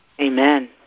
Amen